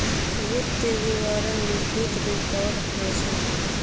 वित्तीय विवरण लिखित रिकॉर्ड ह छेक